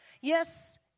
Yes